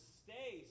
stay